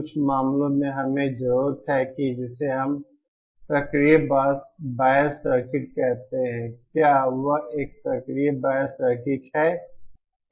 कुछ मामलों में हमें जरूरत है कि जिसे हम सक्रिय बायस सर्किट कहते हैं क्या वह एक सक्रिय बायस सर्किट है